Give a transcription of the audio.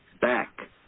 back